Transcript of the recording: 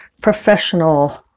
professional